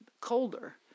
colder